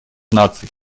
наций